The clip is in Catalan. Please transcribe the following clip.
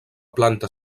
planta